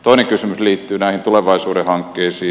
toinen kysymys liittyy näihin tulevaisuuden hankkeisiin